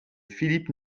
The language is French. philippe